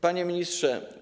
Panie Ministrze!